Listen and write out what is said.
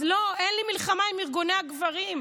אז לא, אין לי מלחמה עם ארגוני הגברים,